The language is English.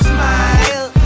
Smile